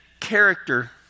character